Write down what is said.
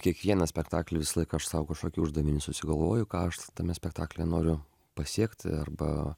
kiekvieną spektaklį visą laiką aš sau kažkokį uždavinį susigalvoju ką aš tame spektaklyje noriu pasiekti arba